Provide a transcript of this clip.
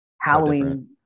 Halloween